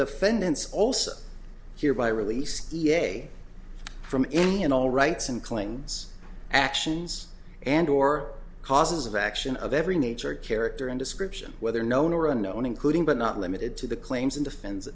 defendants also hereby release e a a from any and all rights and clings actions and or causes of action of every nature character and description whether known or unknown including but not limited to the claims in defense